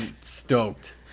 stoked